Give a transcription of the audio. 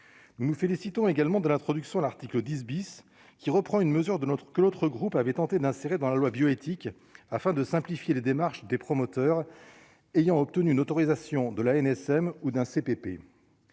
nous nous félicitons également de l'introduction, l'article 10 bis qui reprend une mesure de nôtre que l'autre groupe avait tenté d'insérer dans la loi bioéthique, afin de simplifier les démarches des promoteurs ayant obtenu une autorisation de l'ANSM ou d'un CPP